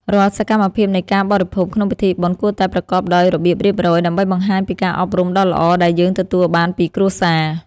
រាល់សកម្មភាពនៃការបរិភោគក្នុងពិធីបុណ្យគួរតែប្រកបដោយរបៀបរៀបរយ ដើម្បីបង្ហាញពីការអប់រំដ៏ល្អដែលយើងទទួលបានពីគ្រួសារ។